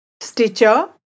Stitcher